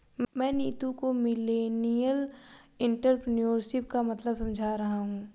मैं नीतू को millennial entrepreneurship का मतलब समझा रहा हूं